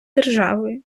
державою